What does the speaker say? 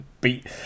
beat